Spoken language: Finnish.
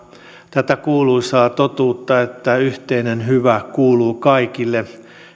tätä kuuluisaa totuutta että yhteinen hyvä kuuluu kaikille